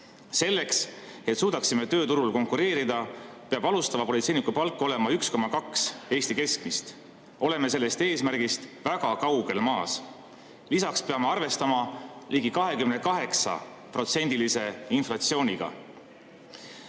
"Selleks, et suudaksime tööturul konkureerida, peab alustava politseiniku palk olema 1,2 Eesti keskmist. Oleme sellest eesmärgist veel suure sammu maas. Lisaks peame arvestama ligi 25% inflatsiooniga.